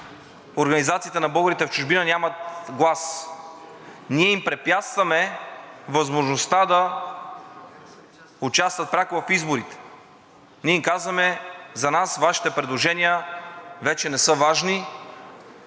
организациите на българите в чужбина нямат глас, ние им препятстваме възможността да участват пряко в изборите, ние им казваме, че за нас Вашите предложения вече не са важни.